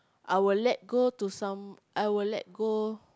I'll let go to some I'll let go